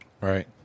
Right